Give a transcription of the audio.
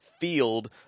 field